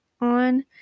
on